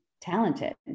talented